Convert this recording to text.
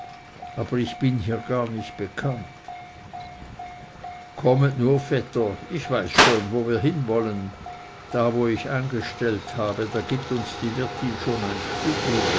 aber ich bin hier gar nicht bekannt kommet nur vetter ich weiß schon wo wir hin wollen da wo ich eingestellt habe da gibt uns die wirtin schon ein stübli